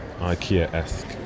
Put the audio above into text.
IKEA-esque